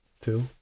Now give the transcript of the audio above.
Two